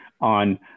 on